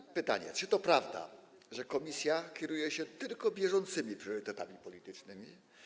I pytanie: Czy to prawda, że Komisja kieruje się tylko bieżącymi priorytetami politycznymi?